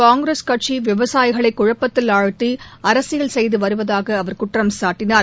காங்கிரஸ் கட்சி விவசாயிகளை குழப்பத்தில் ஆழ்த்தி அரசியல் செய்து வருவதாக அவர் குற்றம் சாட்டினார்